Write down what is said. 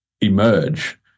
emerge